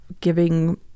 giving